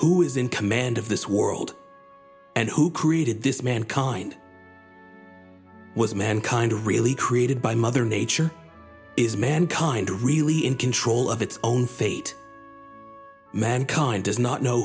who is in command of this world and who created this mankind was mankind really created by mother nature is mankind really in control of its own fate mankind does not know